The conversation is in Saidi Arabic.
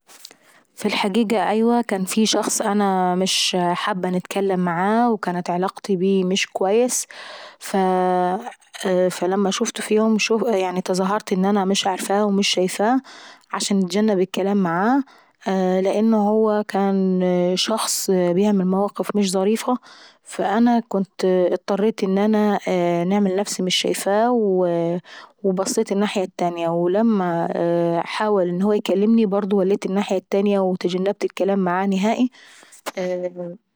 في الحقيقة ايوة كان في شخص انا مش حابة نتكلم معاه وكانت علاقيت بيه مش كويس. فلما شوفته في يوم يعني تظاهرت ان انا مش شايفاه ومش عرفاه عشان نتجنب الكلام معاه، لانه هو كان شخص بيعمل مواقف مش ظريفة فأنا اضريت ان انا نعمل انا نفسي مش شايفاه، وبصيت الناحية التانية ولما حاول ان هو برضه يكلمني وليت الناحية التانيي وتجنبت الكلام معاه نهائي..